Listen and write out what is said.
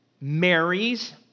marries